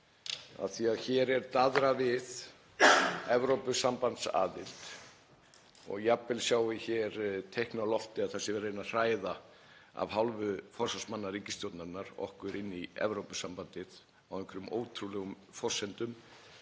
því að hér er daðrað við Evrópusambandsaðild og jafnvel sjást hér þau teikn á lofti að það sé verið að reyna að hræða, af hálfu forsvarsmanna ríkisstjórnarinnar, okkur inn í Evrópusambandið á einhverjum ótrúlegum forsendum,